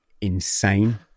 insane